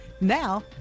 Now